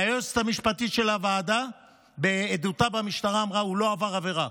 היועצת המשפטית של הוועדה בעדותה במשטרה אמרה: הוא לא עבר עבירה.